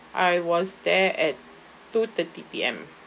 I was there at two thirty P_M